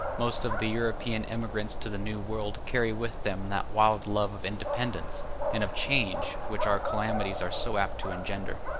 most of the european emigrants to the new world carry with them that wild love of independence and of change which our calamities are so apt to engender.